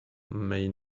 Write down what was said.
may